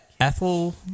Ethel